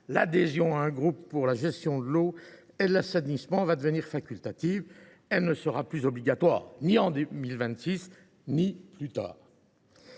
l’adhésion à un groupement pour la gestion de l’eau et de l’assainissement va devenir facultative, elle ne sera plus obligatoire ni en 2026 ni plus tard.